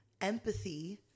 empathy